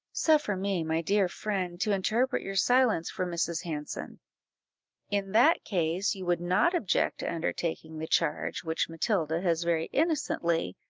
suffer me, my dear friend, to interpret your silence for mrs. hanson in that case you would not object to undertaking the charge which matilda has very innocently,